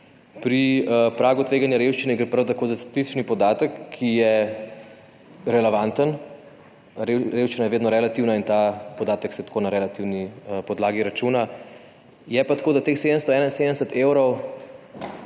Pri pragu tveganja revščine gre prav tako za statistični podatek, ki je relevanten. Revščina je vedno relativna in ta podatek se tako na relativni podlagi računa. Je pa tako, da teh 771 evrov